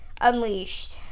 unleashed